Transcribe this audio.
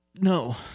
No